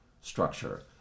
structure